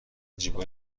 جیب